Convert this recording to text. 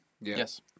Yes